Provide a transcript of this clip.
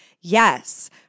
Yes